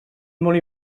molt